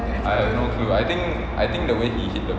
I have no clue I think I think the way he hit the